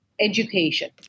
Education